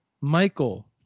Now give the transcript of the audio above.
michael